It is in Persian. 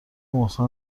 محسن